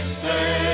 say